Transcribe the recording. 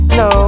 no